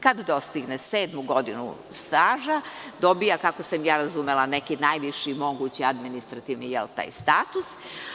Kad dostigne sedmu godinu staža, dobija, kako sam ja razumela, neki najviši mogući administrativni status.